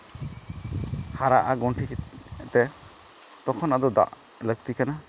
ᱦᱟᱨᱟᱜᱼᱟ ᱜᱚᱱᱴᱷᱮ ᱪᱮᱛᱟᱱ ᱛᱮ ᱛᱚᱠᱷᱚᱱ ᱟᱫᱚ ᱫᱟᱜ ᱞᱟᱹᱠᱛᱤ ᱠᱟᱱᱟ